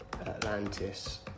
Atlantis